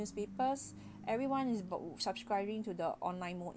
newspapers everyone is about subscribing to the online mode